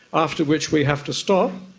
after which we have to stop.